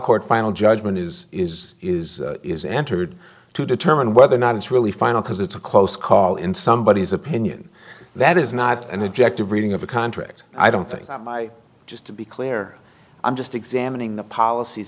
court final judgment is is is is entered to determine whether or not it's really final because it's a close call in somebodies opinion that is not an objective reading of a contract i don't think i just to be clear i'm just examining the policies